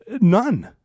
None